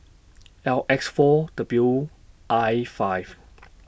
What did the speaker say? L X four W I five